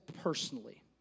personally